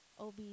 OB